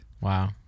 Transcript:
Wow